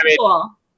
cool